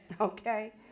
Okay